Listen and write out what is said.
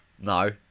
No